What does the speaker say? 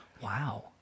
Wow